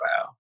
Wow